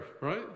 right